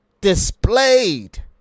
displayed